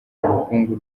ubukungu